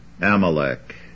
Amalek